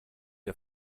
ihr